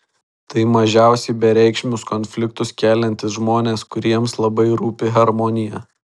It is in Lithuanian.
tai mažiausiai bereikšmius konfliktus keliantys žmonės kuriems labai rūpi harmonija